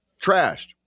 trashed